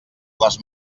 les